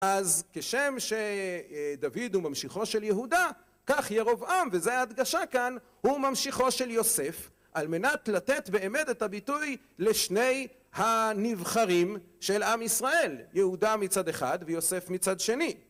אז כשם שדוד הוא ממשיכו של יהודה, כך ירובעם, וזו ההדגשה כאן, הוא ממשיכו של יוסף, על מנת לתת, באמת, את הביטוי לשני הנבחרים של עם ישראל, יהודה מצד אחד ויוסף מצד שני.